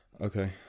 Okay